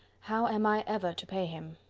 how am i ever to pay him.